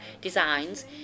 Designs